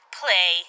play